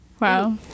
Wow